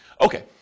Okay